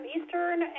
Eastern